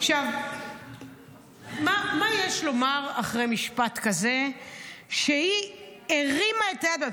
מה יש לומר אחרי משפט כזה שהיא הרימה את היד?